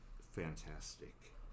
fantastic